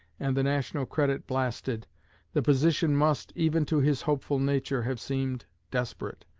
and the national credit blasted the position must, even to his hopeful nature, have seemed desperate.